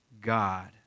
God